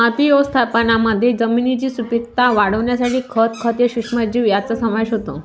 माती व्यवस्थापनामध्ये जमिनीची सुपीकता वाढवण्यासाठी खत, खते, सूक्ष्मजीव यांचा समावेश होतो